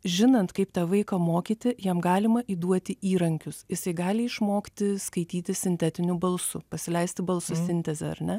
žinant kaip tą vaiką mokyti jam galima įduoti įrankius jisai gali išmokti skaityti sintetiniu balsu pasileisti balso sintezę ar ne